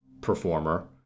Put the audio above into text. performer